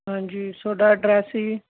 ਹਾਂਜੀ ਤੁਹਾਡਾ ਐਡਰੈਸ ਜੀ